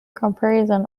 comparison